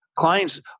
Clients